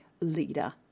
leader